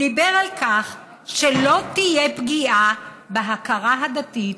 אמר שלא תהיה פגיעה בהכרה הדתית